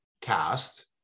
cast